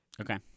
Okay